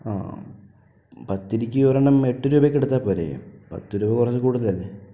ആ പത്തിരിക്ക് ഒരെണ്ണം എട്ട് രൂപയൊക്കെ എടുത്താൽപ്പോരേ പത്ത് രൂപ കുറച്ച് കൂടുതലല്ലേ